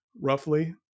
roughly